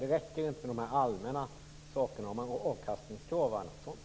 Det räcker inte med dessa allmänna saker om att ha avkastningskrav och annat.